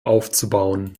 aufzubauen